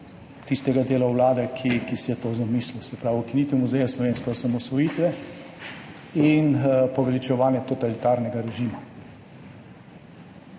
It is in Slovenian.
tistega dela vlade, ki si je to zamislil, se pravi ukinitev Muzeja slovenske osamosvojitve in poveličevanje totalitarnega režima.